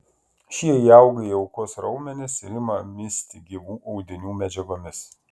šie įauga į aukos raumenis ir ima misti gyvų audinių medžiagomis